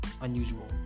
unusual